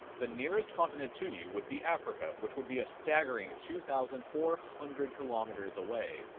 the nearest continent to you would be africa which would be a staggering two thousand four hundred kilometers away.